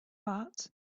but